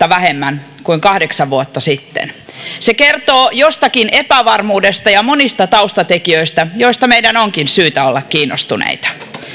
vähemmän kuin kahdeksan vuotta sitten se kertoo jostakin epävarmuudesta ja monista taustatekijöistä joista meidän onkin syytä olla kiinnostuneita